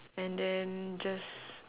and then just